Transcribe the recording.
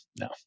No